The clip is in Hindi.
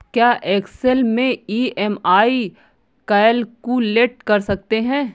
क्या एक्सेल में ई.एम.आई कैलक्यूलेट कर सकते हैं?